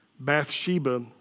Bathsheba